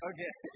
Okay